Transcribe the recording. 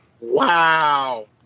Wow